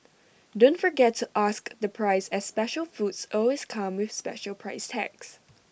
don't forget to ask the price as special foods always come with special price tags